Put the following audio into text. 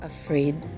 Afraid